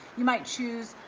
you might choose